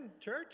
church